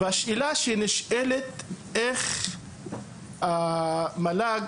השאלה שנשאלת היא למל"ג,